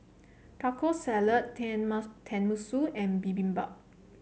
Taco Salad Tenmusu and Bibimbap